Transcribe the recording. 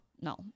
No